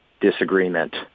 disagreement